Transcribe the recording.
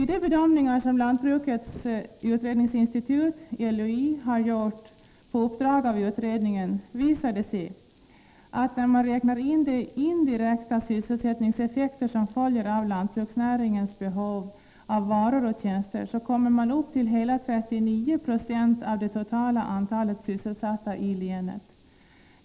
De bedömningar som lantbrukets utredningsinstitut, LUI, har gjort på uppdrag av utredningen, visar att man kommer upp till hela 39 20 av det totala antalet sysselsatta i länet, när man räknar in de indirekta sysselsättningseffekter som följer av lantbruksnäringens behov av varor och tjänster.